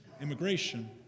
immigration